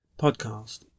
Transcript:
podcast